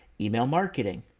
email marketing,